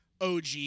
OG